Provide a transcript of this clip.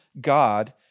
God